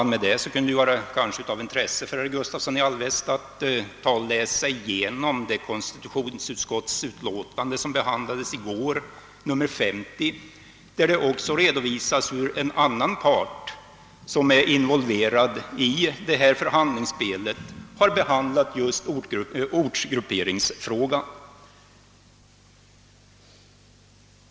Det vore kanske också av intresse för herr Gustavsson i Alvesta att läsa igenom <konstitutionsutskottets utlåtande nr 50 som vi behandlade i går och i vilket det redovisas hur en annan part, som är involverad i förhandlingsspelet, har behandlat ortsgrupperingsfrågan.